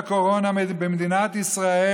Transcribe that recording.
בקורונה במדינת ישראל,